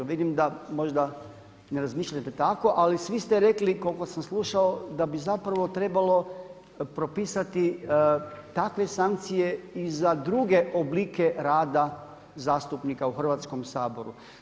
Vidim da možda ne razmišljate tako, ali svi ste rekli koliko sam slušao da bi zapravo trebalo propisati takve sankcije i za druge oblike rada zastupnika u Hrvatskom saboru.